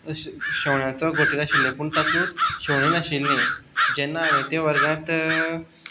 शेवण्यांचो घोंटेर आशिल्लें पूण तातूंत शेवणीं नाशिल्लीं जेन्ना हांवें तें वर्गांत